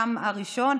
קם הראשון,